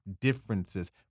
differences